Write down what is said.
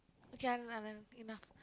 okay Anand Anand enough